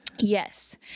Yes